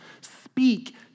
speak